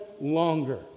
longer